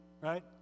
right